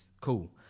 cool